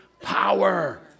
power